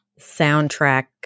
soundtrack